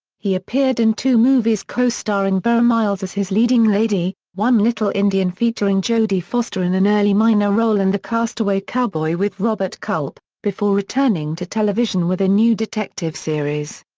he appeared in two movies co-starring vera miles as his leading lady, one little indian featuring jodie foster in an early minor role and the castaway cowboy with robert culp, before returning to television with a new detective series.